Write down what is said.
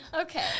Okay